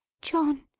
john!